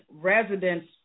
residents